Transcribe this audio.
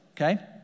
okay